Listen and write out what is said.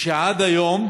שעד היום